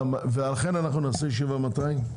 ולכן נעשה ישיבה, מתי?